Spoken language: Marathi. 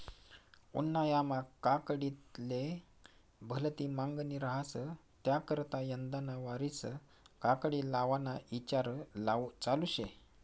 उन्हायामा काकडीले भलती मांगनी रहास त्याकरता यंदाना वरीस काकडी लावाना ईचार चालू शे